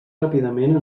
ràpidament